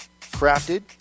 Crafted